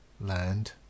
land